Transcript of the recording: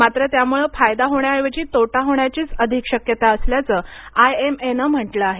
मात्र त्यामृळं फायदा होण्याऐवजी तोटा होण्याचीच अधिक शक्यता असल्याचं आयएमएने म्हटलं आहे